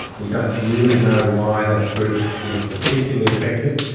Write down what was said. we don't really know why that group is particularly affected.